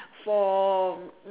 for